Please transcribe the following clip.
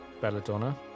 Belladonna